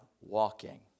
walking